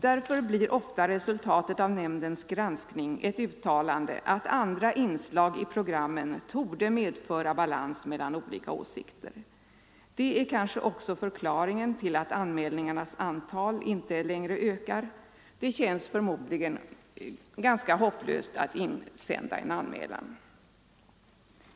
Därför blir ofta resultatet av nämndens granskning ett uttalande att andra inslag i programmen torde medföra balans mellan olika åsikter. Detta är kanske också förklaringen till att anmälningarnas antal nu inte längre ökar — det känns förmodligen ganska hopplöst att sända in en anmälan.